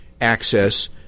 access